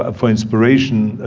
ah for inspiration.